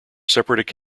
separate